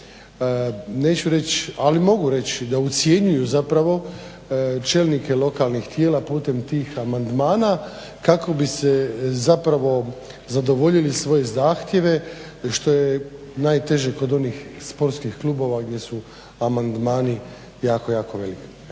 neću reći, ali mogu reći da ucjenjuju zapravo čelnike lokalnih tijela putem tih amandmana kako bi se zapravo zadovoljili svoje zahtjeve što je najteže kod onih sportskih klubova gdje su amandmani jako, jako veliki.